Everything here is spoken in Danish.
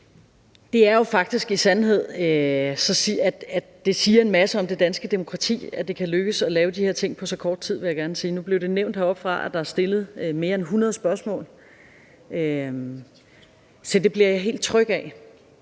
Det er jo faktisk en sandhed, at det siger en masse om det danske demokrati, at det kan lykkes at lave de her ting på så kort tid – det vil jeg gerne sige. Nu blev det nævnt heroppefra, at der er stillet mere end 100 spørgsmål, og det bliver jeg helt tryg